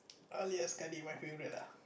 my favourite lah